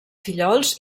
fillols